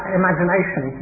imagination